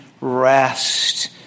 rest